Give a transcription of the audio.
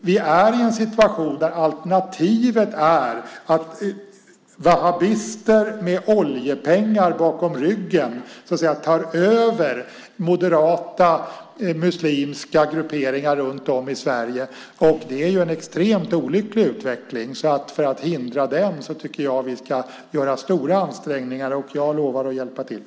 Vi är i en situation där alternativet är wahhabister med oljepengar bakom ryggen som tar över moderata muslimska grupperingar runt om i Sverige. Det är en extremt olycklig utveckling. För att förhindra den tycker jag att vi ska göra stora ansträngningar, och jag lovar att hjälpa till.